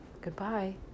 Goodbye